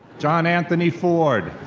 john-anthony forde.